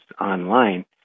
online